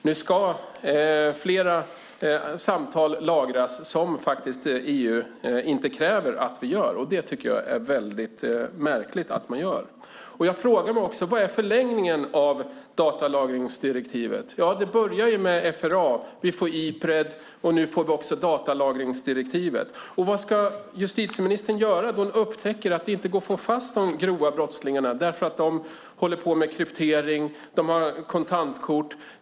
Nu ska fler samtal lagras än vad som EU kräver att vi gör. Det tycker jag är mycket märkligt. Jag frågar mig: Vad är förlängningen av datalagringsdirektivet? Ja, det började med FRA. Vi får Ipred, och nu får vi också datalagringsdirektivet. Vad ska justitieministern göra när hon upptäcker att det inte går att få fast de grova brottslingarna därför att de håller på med kryptering och att de har kontantkort?